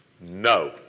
No